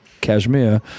Kashmir